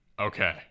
Okay